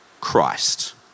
Christ